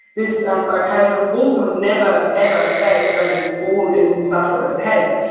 this psychiatrist also never, ever says that it's all in sufferers heads.